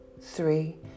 three